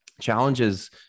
challenges